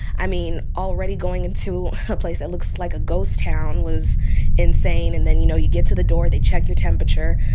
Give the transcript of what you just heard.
i mean, already going into a place that looks like a ghost town was insane. and then, you know, you get to the door they check your temperature.